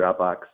Dropbox